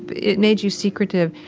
it made you secretive,